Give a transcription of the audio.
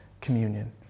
communion